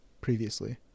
previously